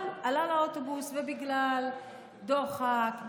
אבל עלה לאוטובוס ובגלל דוחק,